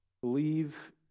believe